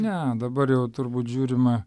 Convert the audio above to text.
ne dabar jau turbūt žiūrima